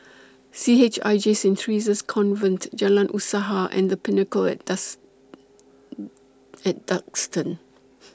C H I J Saint Theresa's Convent Jalan Usaha and The Pinnacle At At Duxton